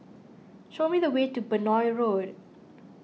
show me the way to Benoi Road